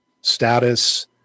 status